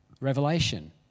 revelation